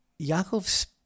Yaakov's